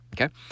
Okay